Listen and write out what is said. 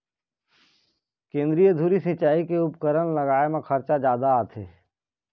केंद्रीय धुरी सिंचई के उपकरन लगाए म खरचा जादा आथे